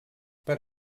per